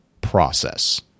process